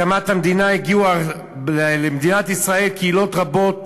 הקמת, המדינה הגיעו למדינת ישראל קהילות רבות